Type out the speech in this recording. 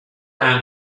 and